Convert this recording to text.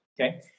okay